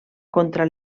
contra